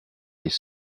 les